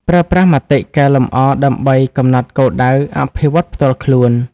ប្រើប្រាស់មតិកែលម្អដើម្បីកំណត់គោលដៅអភិវឌ្ឍន៍ផ្ទាល់ខ្លួន។